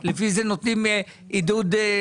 וזה מה שמדאיג אותי.